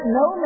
no